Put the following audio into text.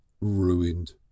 ruined